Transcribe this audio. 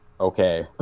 Okay